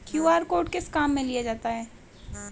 QR code किस किस काम में लिया जाता है?